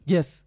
Yes